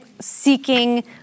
seeking